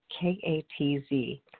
K-A-T-Z